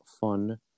fun